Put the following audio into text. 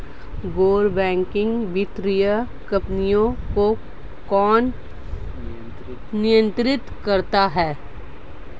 गैर बैंकिंग वित्तीय कंपनियों को कौन नियंत्रित करता है?